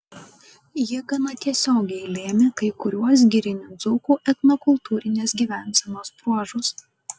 ji gana tiesiogiai lėmė kai kuriuos girinių dzūkų etnokultūrinės gyvensenos bruožus